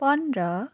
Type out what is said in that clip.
पन्ध्र